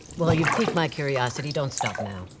well, you've piqued my curiosity. don't stop now.